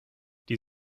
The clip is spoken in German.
die